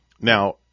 Now